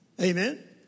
Amen